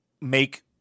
make